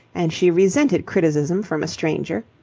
and she resented criticism from a stranger.